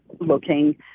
looking